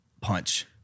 punch